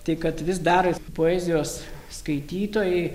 tai kad vis dar poezijos skaitytojai